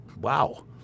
wow